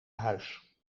huis